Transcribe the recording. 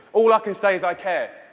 all i can say is i care.